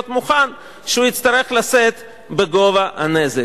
מוכן לזה שהוא יצטרך לשאת בגובה הנזק.